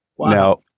Now